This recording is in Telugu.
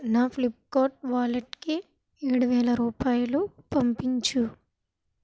నా ఫ్లిప్కార్ట్ వాలెట్కి ఏడు వేల రూపాయిలు పంపించు